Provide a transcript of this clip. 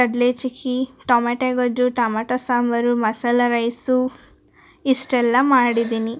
ಕಡಲೆ ಚಿಕ್ಕಿ ಟೊಮಾಟೆ ಗೊಜ್ಜು ಟೊಮೆಟೊ ಸಾಂಬಾರು ಮಸಾಲೆ ರೈಸು ಇಷ್ಟೆಲ್ಲ ಮಾಡಿದಿನಿ